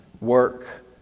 work